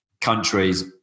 countries